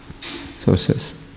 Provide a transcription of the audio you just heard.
sources